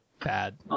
bad